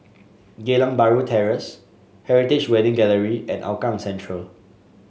Geylang Bahru Terrace Heritage Wedding Gallery and Hougang Central